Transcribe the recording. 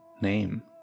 name